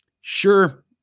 Sure